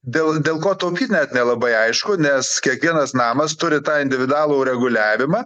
dėl dėl ko taupyt net nelabai aišku nes kiekvienas namas turi tą individualų reguliavimą